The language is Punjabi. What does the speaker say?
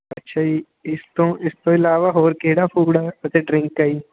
ਅੱਛਾ ਜੀ ਇਸ ਤੋਂ ਇਸ ਤੋਂ ਇਲਾਵਾ ਹੋਰ ਕਿਹੜਾ ਫੂਡ ਆ ਅਤੇ ਡਰਿੰਕ ਹੈ ਜੀ